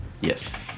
Yes